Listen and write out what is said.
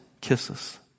kisses